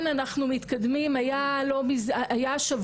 סעיף 8.ב, אני לא עורכת דין,